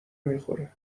میخوره